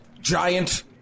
giant